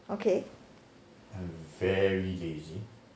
okay